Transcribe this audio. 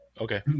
Okay